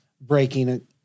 breaking